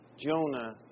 Jonah